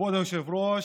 כבוד היושב-ראש,